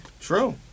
True